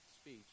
speech